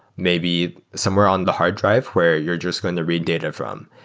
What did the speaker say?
maybe somewhere on the hard drive where you're just going to read data from.